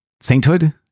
sainthood